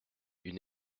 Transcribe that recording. une